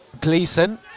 Gleason